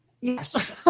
Yes